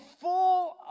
full